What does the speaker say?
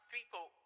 People